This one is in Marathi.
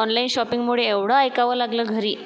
ऑनलाइन शॉपिंगमुळे एवढं ऐकावं लागलं घरी